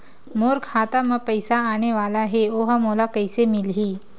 मोर खाता म पईसा आने वाला हे ओहा मोला कइसे मिलही?